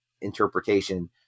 interpretation